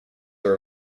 are